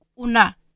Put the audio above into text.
Una